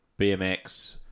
BMX